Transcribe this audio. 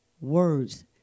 words